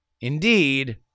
Indeed